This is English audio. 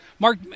Mark